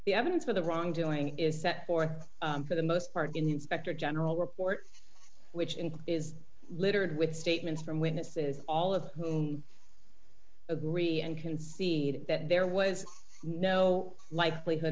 the evidence of the wrongdoing is set forth for the most part inspector general report which in is littered with statements from witnesses all of whom agree and conceded that there was no likelihood